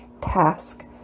task